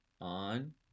on